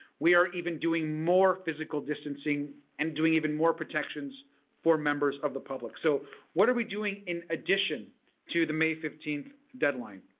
we are even doing more physical distancing and doing even more protections for members of the public. so what are we doing in addition to the may fifteenth deadline?